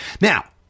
Now